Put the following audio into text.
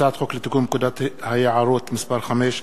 הצעת חוק לתיקון פקודת היערות (מס' 5),